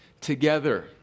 together